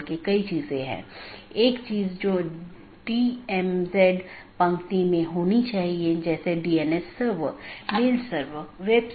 यहां R4 एक स्रोत है और गंतव्य नेटवर्क N1 है इसके आलावा AS3 AS2 और AS1 है और फिर अगला राउटर 3 है